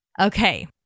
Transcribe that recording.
Okay